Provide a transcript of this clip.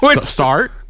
Start